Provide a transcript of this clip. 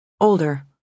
Older